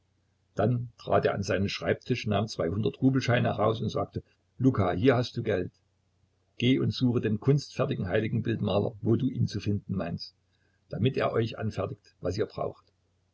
dann trat er an seinen schreibtisch nahm zwei hundertrubelscheine heraus und sagte luka hier hast du geld geh und suche den kunstfertigen heiligenbildermaler wo du ihn zu finden meinst damit er euch anfertigt was ihr braucht